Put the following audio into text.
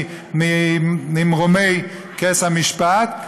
ממרומי כס המשפט,